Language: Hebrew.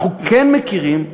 אנחנו כן מכירים תופעה,